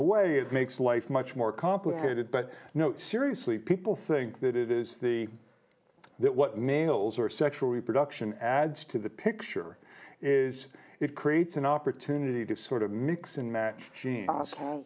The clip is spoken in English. the way it makes life much more complicated but no seriously people think that it is the that what males are sexual reproduction adds to the picture is it creates an opportunity to sort of mix and match